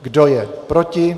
Kdo je proti?